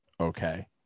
okay